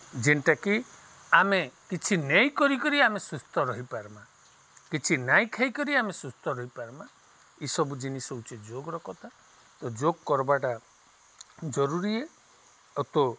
ଯେନ୍ଟାକି ଆମେ କିଛି ନେଇ କରିକରି ଆମେ ସୁସ୍ଥ ରହିପାର୍ମା କିଛି ନାଇଁ ଖାଇକରି ଆମେ ସୁସ୍ଥ ରହିପାର୍ମା ଇସବୁ ଜିନିଷ୍ ହଉଛେ ଯୋଗ୍ର କଥା ତ ଯୋଗ୍ କର୍ବାଟା ଜରୁରୀ ଏ ଓ ତ